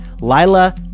Lila